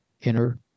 inner